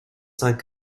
cinq